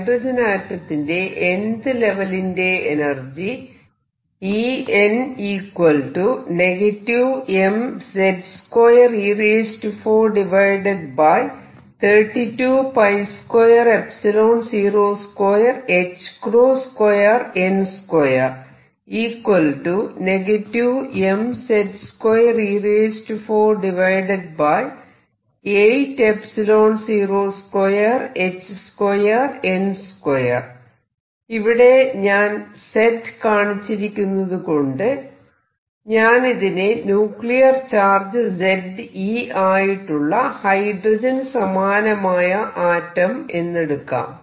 hydrogen ആറ്റത്തിന്റെ nth ലെവലിന്റെ energy ഇവിടെ ഞാൻ Z കാണിച്ചിരിക്കുന്നതുകൊണ്ട് ഞാനിതിനെ ന്യൂക്ലിയർ ചാർജ് Ze ആയിട്ടുള്ള ഹൈഡ്രജന് സമാനമായ ആറ്റം എന്നെടുക്കാം